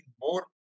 more